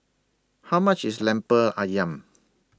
How much IS Lemper Ayam